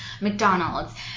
McDonald's